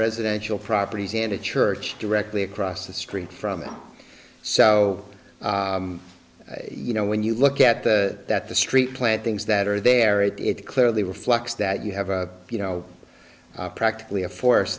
residential properties and a church directly across the street from so you know when you look at the that the street plant things that are there it it clearly reflects that you have a you know practically a force